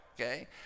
okay